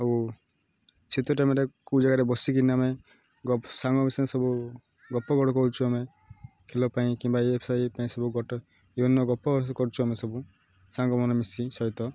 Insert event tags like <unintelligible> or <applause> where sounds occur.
ଆଉ <unintelligible> କେଉଁ ଜାଗାରେ ବସିକିନି ଆମେ ଗପ ସାଙ୍ଗ <unintelligible> ସବୁ ଗପ <unintelligible> କରଛୁ ଆମେ ଖେଳ ପାଇଁ କିମ୍ବା <unintelligible> ପାଇଁ ସବୁ ଗୋଟ ବିଭିନ୍ନ ଗପ କରୁଛୁ ଆମେ ସବୁ ସାଙ୍ଗମାନେ ମିଶି ସହିତ